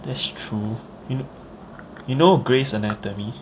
that's true you know grey's anatomy